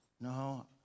No